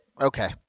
Okay